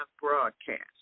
broadcast